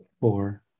four